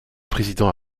président